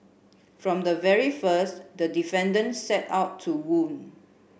from the very first the defendant set out to wound